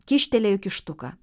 kyštelėjo kištuką